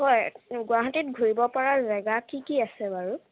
হয় গুৱাহাটীত ঘূৰিব পৰা জেগা কি কি আছে বাৰু